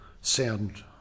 sound